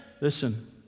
Listen